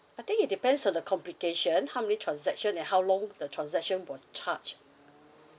I think it depends on the complication how many transaction and how long the transaction was charged